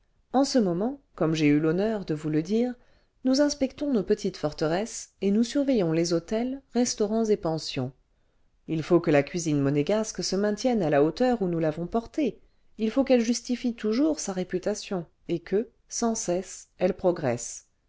en ce moment comme j'ai eu l'honneur de vous le dire nous inspectons nos petites forteresses et nous surveillons les hôtels restaurants et pensions il faut que la cuisine monégasque semaintournee semaintournee gastronomique tienne à la hauteur où nous l'avons portée il faut qu'elle justifie toujours sa réputation et que sans cesse elle progresse